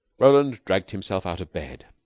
roland dragged himself out of bed.